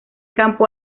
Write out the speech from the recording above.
campo